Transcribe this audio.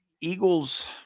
Eagles